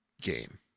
game